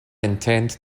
intend